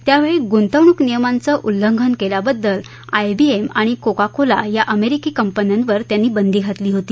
त्यावेळी गुंतवणूक नियमांचं उल्लंघन केल्याबद्दल आयबीएम आणि कोका कोला या अमेरिकी कंपन्यांवर त्यांनी बंदी घातली होती